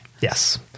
yes